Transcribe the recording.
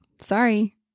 sorry